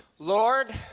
lord,